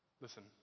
listen